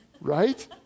Right